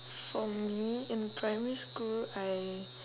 for me in primary school I